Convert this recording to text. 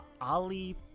Ali